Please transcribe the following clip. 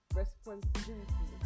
responsibility